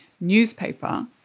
newspaper